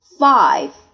five